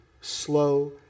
slow